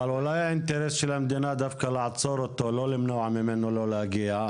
אולי האינטרס של המדינה דווקא לעצור אותו ולא למנוע ממנו להגיע?